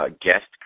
guest